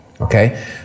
okay